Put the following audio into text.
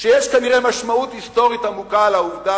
שיש כנראה משמעות היסטורית עמוקה לעובדה